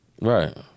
right